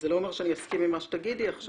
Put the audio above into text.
זה לא אומר שאני אסכים עם מה שתגידי עכשיו,